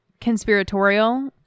conspiratorial